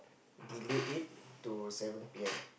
delayed it to seven P_M